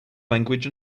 language